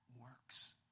works